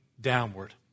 downward